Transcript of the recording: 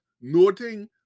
noting